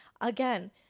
again